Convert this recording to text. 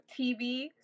TV